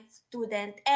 student